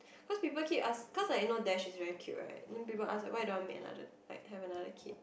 cause people keep ask cause you know like Dash is very cute right then people ask why you don't want make another like have another kid